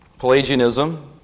Pelagianism